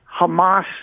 Hamas